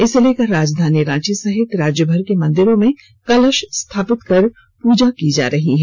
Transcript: इसे लेकर राजधानी रांची सहित राज्यभर के मंदिरों में कलश स्थापित कर पूजा की जा रही है